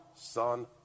Son